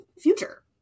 future